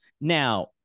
Now